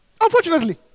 Unfortunately